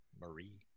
Marie